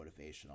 motivational